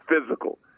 physical